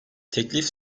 teklif